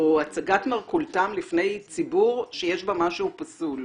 או הצגת מרכולתם לפני ציבור, יש בה משהו פסול.